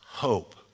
Hope